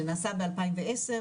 זה נעשה ב- 2010,